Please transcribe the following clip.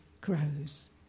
grows